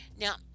Now